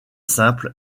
simple